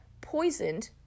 poisoned